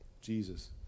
Jesus